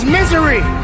misery